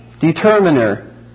determiner